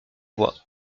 voie